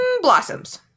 Blossoms